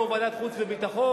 יושב-ראש ועדת חוץ וביטחון,